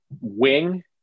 wing